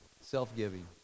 Self-giving